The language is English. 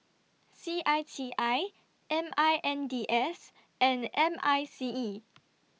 C I T I M I N D S and M I C E